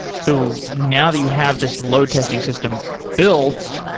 so now that you have this load testing system built,